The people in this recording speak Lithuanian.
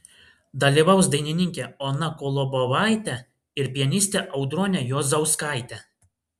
dalyvaus dainininkė ona kolobovaitė ir pianistė audronė juozauskaitė